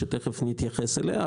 שתיכף נתייחס אליה.